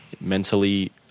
mentally